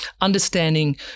understanding